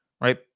right